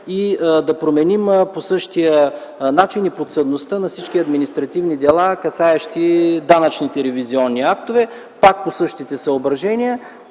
и да променим по същия начин и подсъдността на всички административни дела, касаещи данъчните ревизионни актове. Пак по същите съображения,